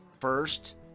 first